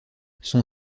son